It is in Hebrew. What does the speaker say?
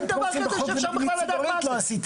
אין דבר כזה שאפשר בכלל לדעת מה זה.